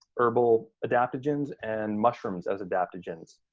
herbal adaptogens and mushrooms as adaptogens.